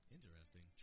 Interesting